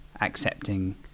accepting